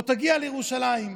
תגיע לירושלים.